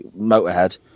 Motorhead